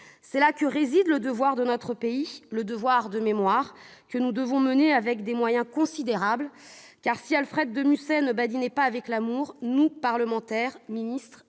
C'est là que réside le devoir de notre pays, le devoir de mémoire, que nous devons mener avec des moyens considérables, car si Alfred de Musset ne badinait pas avec l'amour, nous, parlementaires, ministres,